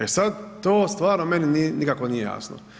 E sad, to stvarno meni nikako nije jasno.